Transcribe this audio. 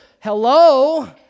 Hello